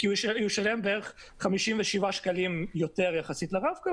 כי הוא ישלם בערך 57 שקלים יותר יחסית לרב-קו